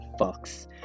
fucks